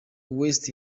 west